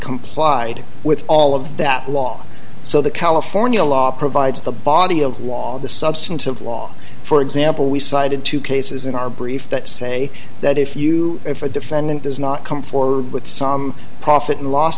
complied with all of that law so the california law provides the body of law the substantive law for example we cited two cases in our brief that say that if you if a defendant does not come forward with some profit and loss